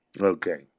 Okay